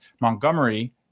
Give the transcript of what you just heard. Montgomery